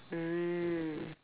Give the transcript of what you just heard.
mm